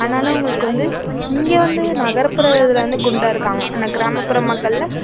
ஆனாலும் அவங்களுக்கு வந்து இங்கே வந்து நகர்ப்புற இதில் வந்து குண்டாக இருக்காங்க ஆனால் கிராமப்புற மக்களில்